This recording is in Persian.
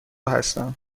هستم